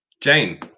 Jane